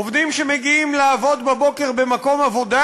עובדים שמגיעים לעבוד בבוקר במקום עבודה,